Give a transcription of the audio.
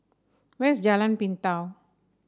where is Jalan Pintau